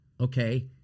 okay